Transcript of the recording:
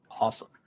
Awesome